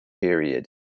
period